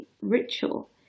ritual